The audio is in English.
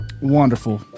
wonderful